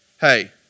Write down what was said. hey